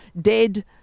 dead